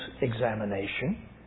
examination